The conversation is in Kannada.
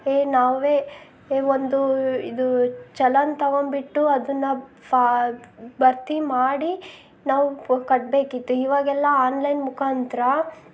ನಾವೇ ಒಂದು ಇದು ಚಲನ್ ತೊಗೊಂಬಿಟ್ಟು ಅದನ್ನ ಫಾರ್ಮ್ ಭರ್ತಿ ಮಾಡಿ ನಾವು ಕಟ್ಟಬೇಕಿತ್ತು ಇವಾಗೆಲ್ಲ ಆನ್ಲೈನ್ ಮುಖಾಂತರ